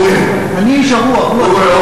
אני איש הרוח, הוא הסופר.